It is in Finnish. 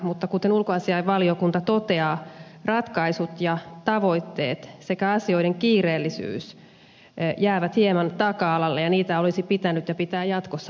mutta kuten ulkoasiainvaliokunta toteaa ratkaisut ja tavoitteet sekä asioiden kiireellisyys jäävät hieman taka alalle ja niitä olisi pitänyt ja pitää jatkossa painottaa enemmän